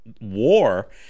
war